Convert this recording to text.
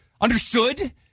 understood